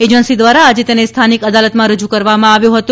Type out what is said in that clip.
agency દ્વારા આજે તેને સ્થાનિક અદાલતમાં રજૂ કરવામાં આવ્યો હતો